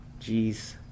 Jeez